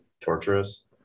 torturous